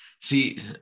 see